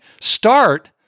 start